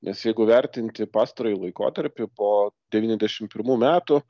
nes jeigu vertinti pastarąjį laikotarpį po devyniasdešimt pirmų metų